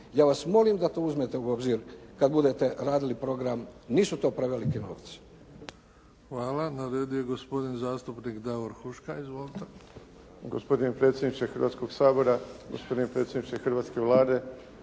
Ja vas molim da to uzmete u obzir kad budete radili program. Nisu to preveliki novci.